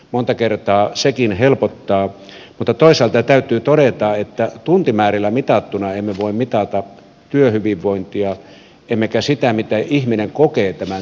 monta kertaa sekin helpottaa mutta toisaalta täytyy todeta että tuntimäärillä mitattuna emme voi mitata työhyvinvointia emmekä sitä miten ihminen kokee tämän työn